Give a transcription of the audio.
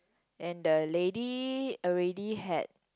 and the lady already had